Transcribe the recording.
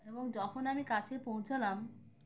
এবং যখন আমি কাছে পৌঁছালাম